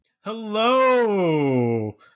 Hello